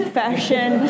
fashion